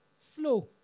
flow